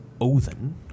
Odin